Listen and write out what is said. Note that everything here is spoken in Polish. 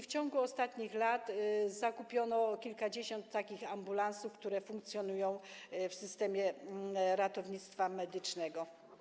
W ciągu ostatnich lat zakupiono kilkadziesiąt takich ambulansów, które funkcjonują w systemie ratownictwa medycznego.